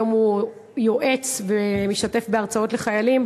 היום הוא יועץ ומשתתף בהרצאות לחיילים.